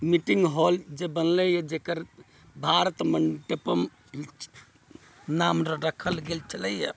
meeting hall जे बनलैए जकर भारत मण्डपम नाम रखल गेल छलैए